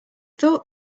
thought